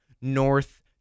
North